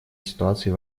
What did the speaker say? ситуации